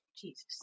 Jesus